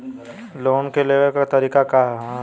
Loan के लेवे क तरीका का ह?